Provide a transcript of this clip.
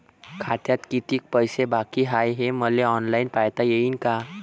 खात्यात कितीक पैसे बाकी हाय हे मले ऑनलाईन पायता येईन का?